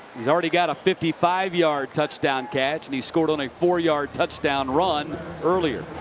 he's already got a fifty five yard touchdown catch. and he scored on a four-yard touchdown run earlier.